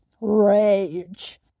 rage